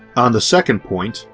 on the second point,